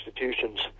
institutions